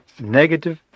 negative